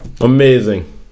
Amazing